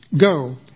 go